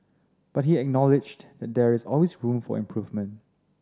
but he acknowledged that there is always room for improvement